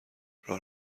راه